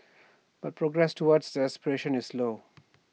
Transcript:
but progress towards that aspiration is slow